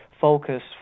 focus